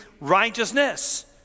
righteousness